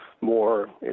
more